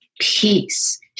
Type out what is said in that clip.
peace